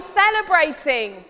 celebrating